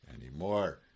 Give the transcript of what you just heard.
anymore